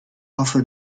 hoffe